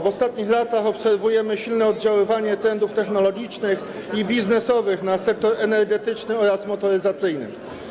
W ostatnich latach obserwujemy silne oddziaływanie trendów technologicznych i biznesowych na sektor energetyczny oraz motoryzacyjny.